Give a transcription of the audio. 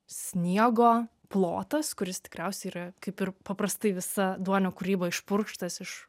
sniego plotas kuris tikriausiai yra kaip ir paprastai visa duonio kūryba išpurkštas iš